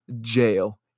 Jail